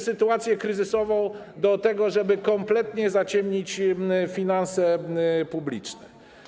sytuację kryzysową do tego, żeby kompletnie zaciemnić finanse publiczne.